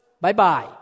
bye-bye